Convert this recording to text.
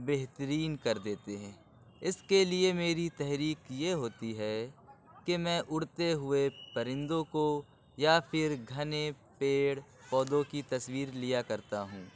بہترین کر دیتے ہیں اِس کے لیے میری تحریک یہ ہوتی ہے کہ میں اُڑتے ہوئے پرندوں کو یا پھر گھنے پیڑ پودوں کی تصویر لیا کرتا ہوں